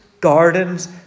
gardens